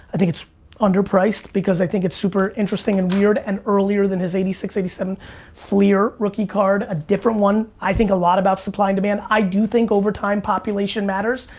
i think it's underpriced because i think it's super interesting and weird and earlier than his eighty six, eighty seven fleer rookie card, a different one. i think a lot about supply and demand. i do think, over time, population matters.